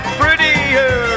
prettier